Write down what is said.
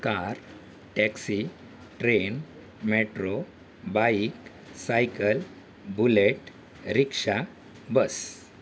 car taxi train metro bike cycle bullet rickshaw bus